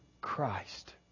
Christ